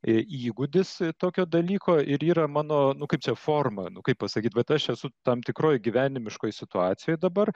įgūdis tokio dalyko ir yra mano kaip čia forma nu kaip pasakyt vat aš esu tam tikroj gyvenimiškoj situacijoj dabar